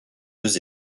deux